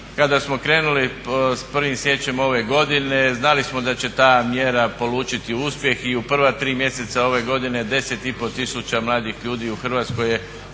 kada smo krenuli sa 1. siječnjem ove godine znali smo da će ta mjera polučiti uspjeh i u prva tri mjeseca ove godine 10 i pol tisuća mlađih ljudi u Hrvatskoj je dobilo